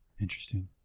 interesting